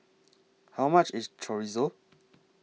How much IS Chorizo